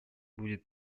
будет